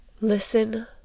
listen